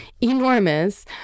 enormous